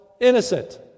innocent